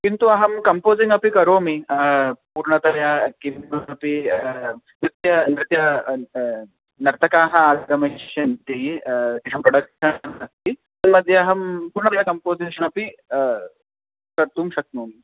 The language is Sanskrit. किन्तु अहं कम्पोसिङ्ग् अपि करोमि पूर्णतया किमपि नृत्यं नृत्यं नर्तकाः आगमिष्यन्ति तेषं प्रडक्षन् अस्ति तन्मध्ये अहं पूर्णतया कम्पोसिशन् अपि कर्तुं शक्नोमि